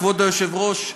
כבוד היושב-ראש,